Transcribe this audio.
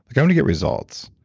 like um to get results.